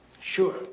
Sure